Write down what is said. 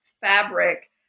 fabric